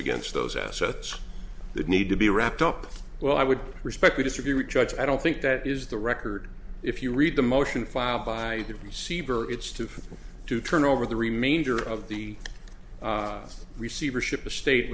against those assets that need to be wrapped up well i would respect to distribute judge i don't think that is the record if you read the motion filed by the receiver it's to to turn over the remainder of the receivership estate